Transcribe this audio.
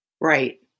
Right